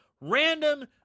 Random